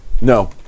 No